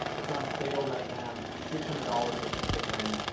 it's on sale right now six hundred dollars with the kit lens,